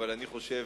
אבל אני חושב,